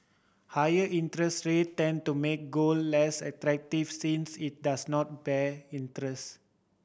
higher interest rate tend to make gold less attractive since it does not bear interest